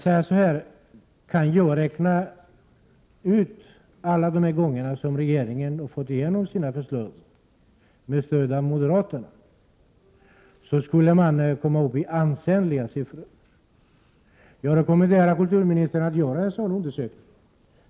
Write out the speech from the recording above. Skulle man räkna alla de gånger som regeringen har fått igenom sina förslag med stöd av moderaterna, skulle man komma upp i en ansenlig summa. Jag rekommenderar kulturministern att göra en sådan undersökning.